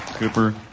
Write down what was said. Cooper